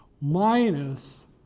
minus